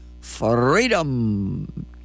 freedom